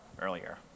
earlier